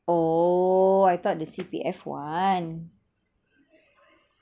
oh I thought the C_P_F one